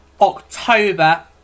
October